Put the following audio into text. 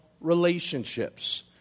relationships